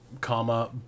comma